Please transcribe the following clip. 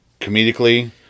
comedically